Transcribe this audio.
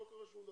לא קרה שום דבר.